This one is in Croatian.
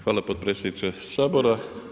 Hvala potpredsjedniče Sabora.